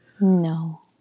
no